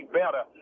better